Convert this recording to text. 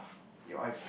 your eyes